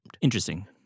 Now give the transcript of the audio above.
Interesting